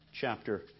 chapter